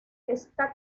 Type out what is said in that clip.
esta